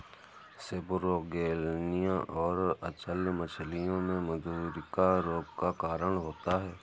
सेपरोगेलनिया और अचल्य मछलियों में मधुरिका रोग का कारण होता है